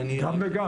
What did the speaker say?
גם וגם.